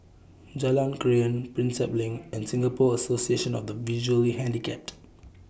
Jalan Krian Prinsep LINK and Singapore Association of The Visually Handicapped